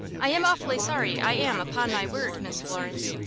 i am awfully sorry, i am, upon my word, miss florence.